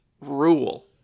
rule